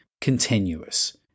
continuous